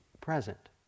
present